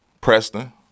preston